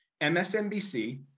MSNBC